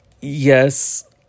yes